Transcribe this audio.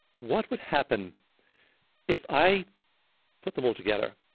what would happen if i put them all together.